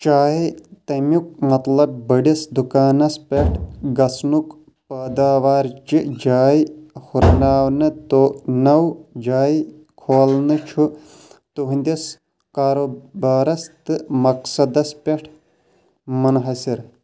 چاہے تمیُک مطلب بٔڈِس دُکانَس پٮ۪ٹھ گژُھنُک پٲداوارچہِ جاے ہُرناونہٕ تہٕ نٔو جاے کھولنہٕ چھُ تُہٕنٛدِس کاروبارَس تہٕ مقصَدس پٮ۪ٹھ منحصِر